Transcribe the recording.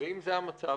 ואם זה המצב,